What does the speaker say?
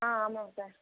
ஆ ஆமாங்க சார்